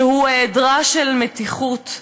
שהוא היעדרה של מתיחות,